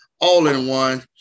all-in-one